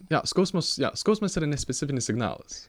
jo skausmas skausmas yra nespecifinis signalas